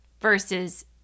Versus